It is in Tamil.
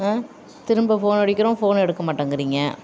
ஆ திரும்ப ஃபோன் அடிக்கிறோம் ஃபோன் எடுக்க மாட்டங்கிறிங்க